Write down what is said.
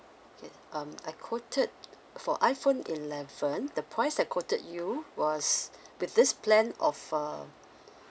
okay um I quoted for iphone eleven the price I quoted you was with this plan of um